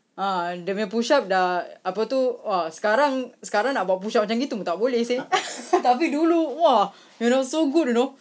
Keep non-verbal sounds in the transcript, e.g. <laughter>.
ah dia punya push up dah apa tu !wah! sekarang sekarang nak buat push up macam gitu pun tak boleh seh <laughs> tapi dulu !wah! you know so good you know